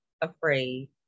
afraid